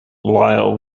lyle